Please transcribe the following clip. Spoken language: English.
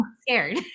scared